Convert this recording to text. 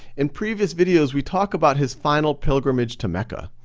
in previous videos, we talk about his final pilgrimage to mecca.